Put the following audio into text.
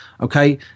Okay